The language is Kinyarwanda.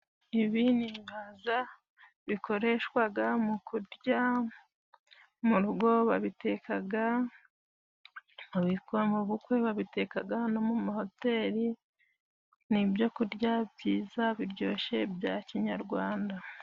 Ibi ni ibihaza bikoreshwa mu kurya mu rugo babiteka mu bukwe, babiteka no mu mahoteli, ni ibyo kurya byiza biryoshye bya kinyarwanda.